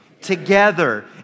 Together